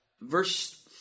verse